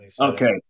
Okay